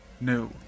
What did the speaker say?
No